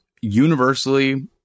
universally